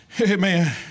amen